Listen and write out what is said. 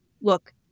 Look